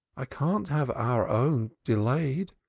i can't have our own delayed,